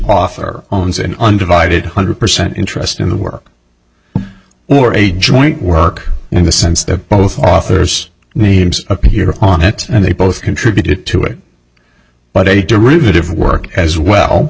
author owns an undivided hundred percent interest in the work or a joint work in the sense that both authors names appear on it and they both contributed to it but a derivative work as well